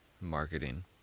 marketing